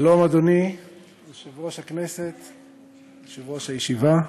שלום, אדוני יושב-ראש הישיבה.